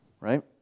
right